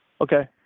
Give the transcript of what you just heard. Okay